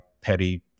petty